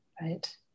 Right